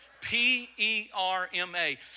P-E-R-M-A